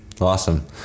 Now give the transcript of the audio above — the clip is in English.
awesome